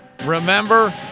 Remember